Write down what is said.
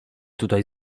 tutaj